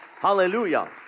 hallelujah